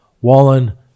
Wallen